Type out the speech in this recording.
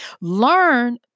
learn